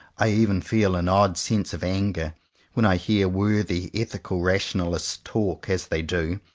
i even feel an odd sense of anger when i hear worthy ethical rationalists talk, as they do,